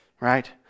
right